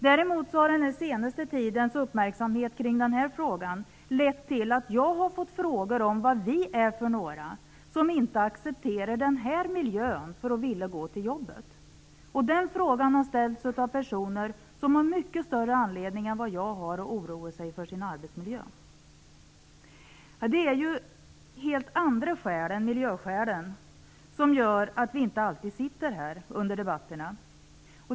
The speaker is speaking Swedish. Däremot har den senaste tidens uppmärksamhet kring den här frågan lett till att jag har fått frågor om vad vi är för några som inte accepterar den här miljön för att vilja gå till jobbet. Den frågan har ställts av personer som har mycket större anledning än jag att oroa sig för sin arbetsmiljö. Det är ju helt andra skäl än miljöskälen som gör att vi inte alltid sitter här under debatterna.